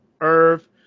Irv